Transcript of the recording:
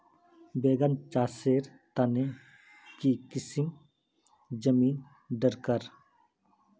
बैगन चासेर तने की किसम जमीन डरकर?